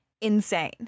insane